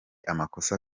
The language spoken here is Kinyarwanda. amakosa